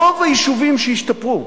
רוב היישובים שהשתפרו,